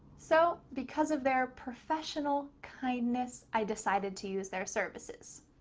so because of their professional kindness i decided to use their services.